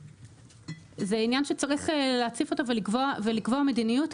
זה עניין שצריך להציף אותו ולקבוע מדיניות,